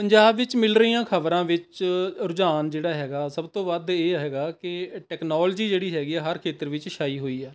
ਪੰਜਾਬ ਵਿੱਚ ਮਿਲ ਰਹੀਆਂ ਖ਼ਬਰਾਂ ਵਿੱਚ ਰੁਝਾਨ ਜਿਹੜਾ ਹੈਗਾ ਸਭ ਤੋਂ ਵੱਧ ਇਹ ਹੈਗਾ ਕਿ ਟੈਕਨੋਲੋਜੀ ਜਿਹੜੀ ਹੈਗੀ ਆ ਹਰ ਖੇਤਰ ਵਿੱਚ ਛਾਈ ਹੋਈ ਹੈ